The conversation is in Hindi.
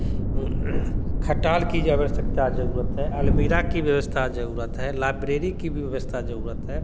खटाल की जे आवश्यकता ज़रूरत है अलमीरा जी व्यवस्था ज़रूरत है लाब्रेरी की व्यवस्था ज़रूरत है